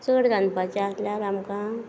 चड रांदपाचें आसल्यार आमकां